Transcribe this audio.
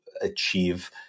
achieve